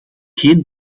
geen